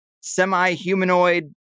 semi-humanoid